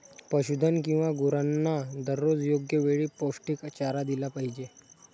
पशुधन किंवा गुरांना दररोज योग्य वेळी पौष्टिक चारा दिला पाहिजे